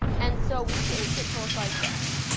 and so we changed it to look like this.